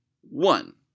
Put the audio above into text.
one